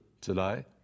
today